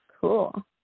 Cool